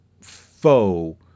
foe